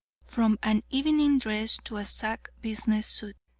from an evening dress to a sack business suit.